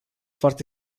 foarte